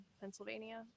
Pennsylvania